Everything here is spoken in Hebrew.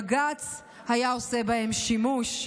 בג"ץ היה עושה בהם שימוש.